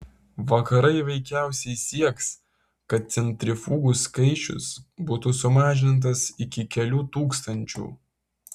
vakarai veikiausiai sieks kad centrifugų skaičius būtų sumažintas iki kelių tūkstančių